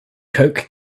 coke